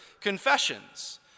confessions